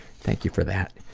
thank you for that.